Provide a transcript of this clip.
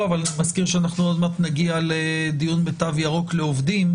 אבל אני מזכיר שעוד מעט נגיע לדיון בתו ירוק לעובדים,